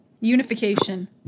Unification